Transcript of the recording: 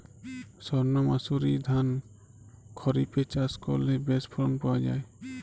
সর্ণমাসুরি ধান খরিপে চাষ করলে বেশি ফলন পাওয়া যায়?